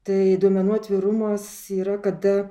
tai duomenų atvirumas yra kada